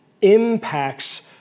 impacts